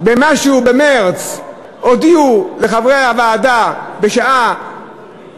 במשהו במרס הודיעו לחברי הוועדה, בשעה